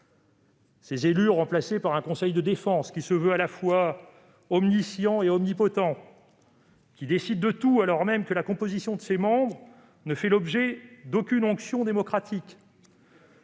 ces élus remplacés par un conseil de défense qui se veut à la fois omniscient et omnipotent, qui décide de tout alors même que la composition de ses membres ne fait l'objet d'aucune onction démocratique.